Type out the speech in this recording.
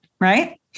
right